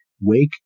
wake